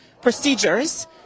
procedures